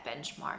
benchmark